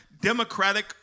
democratic